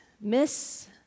miss